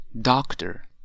doctor